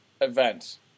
event